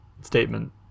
statement